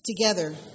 Together